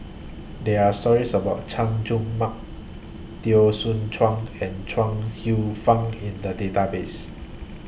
There Are stories about Chay Jung Mark Teo Soon Chuan and Chuang Hsueh Fang in The Database